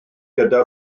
gyda